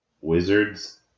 Wizards